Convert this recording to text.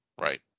Right